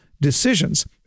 decisions